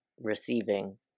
receiving